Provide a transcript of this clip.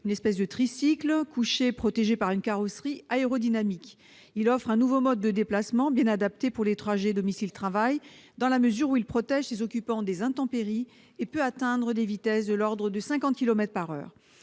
que l'on conduit couché et protégé par une carrosserie aérodynamique. Il offre un nouveau mode de déplacement adapté aux trajets domicile-travail, dans la mesure où il abrite ses occupants des intempéries et peut atteindre des vitesses de l'ordre de 50 kilomètres par heure.